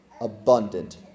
abundant